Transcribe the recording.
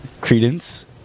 Credence